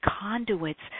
conduits